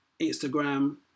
Instagram